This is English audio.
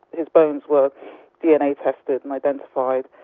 his bones were dna tested and identified.